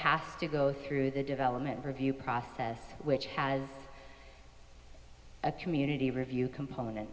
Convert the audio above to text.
have to go through the development review process which has a community review component